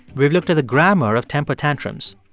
we've looked at the grammar of temper tantrums.